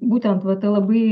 būtent va ta labai